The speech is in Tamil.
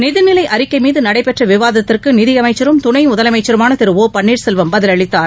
நிதிநிலை அறிக்கை மீது நடைபெற்ற விவாதத்திற்கு நிதியமைச்சரும் துணை முதலமைச்சருமான திரு ஒ பன்னீர்செல்வம் பதிலளித்தார்